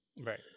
Right